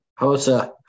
Hosa